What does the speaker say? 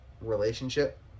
relationship